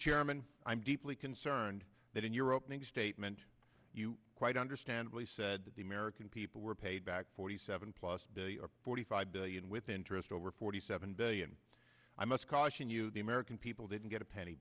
chairman i'm deeply concerned that in your opening statement you quite understandably said that the american people were paid back forty seven plus forty five billion with interest over forty seven billion i must caution you the american people didn't get a penny